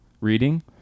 reading